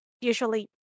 usually